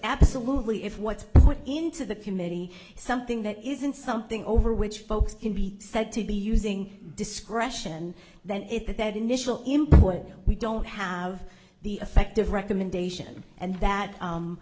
absolutely if what's put into the committee something that isn't something over which folks can be said to be using discretion then if that that initial important we don't have the effect of recommendation and